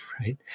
right